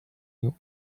you